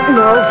no